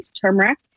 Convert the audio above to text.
turmeric